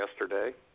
yesterday